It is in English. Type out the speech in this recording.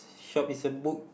shop is a book